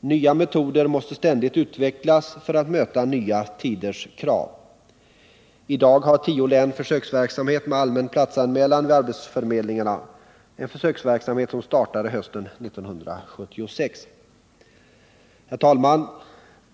Nya metoder måste ständigt utvecklas för att möta nya tiders krav. I dag har tio län försöksverksamhet med allmän platsanmälan vid arbetsförmedlingarna, en försöksverksamhet som startade hösten 1976. Herr talman!